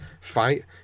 fight